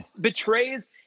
betrays